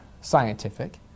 scientific